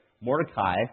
Mordecai